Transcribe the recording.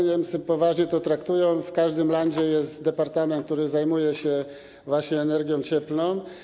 Niemcy poważnie to traktują, w każdym landzie jest departament, który zajmuje się właśnie energią cieplną.